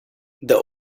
der